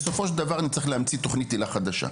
בסופו של דבר נצטרך להמציא תוכנית היל"ה חדשה.